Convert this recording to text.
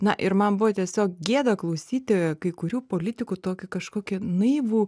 na ir man buvo tiesiog gėda klausyti kai kurių politikų tokį kažkokį naivų